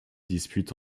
dispute